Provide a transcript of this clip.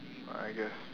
ah I guess